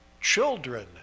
children